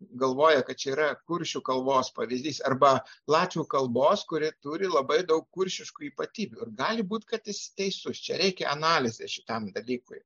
galvoja kad čia yra kuršių kalbos pavyzdys arba latvių kalbos kuri turi labai daug kuršiškų ypatybių ir gali būt kad jis teisus čia reikia analizės šitam dalykui